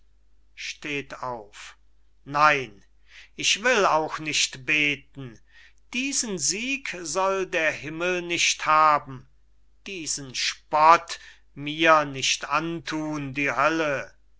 nein ich will auch nicht beten diesen sieg soll der himmel nicht haben diesen spott mir nicht anthun die hölle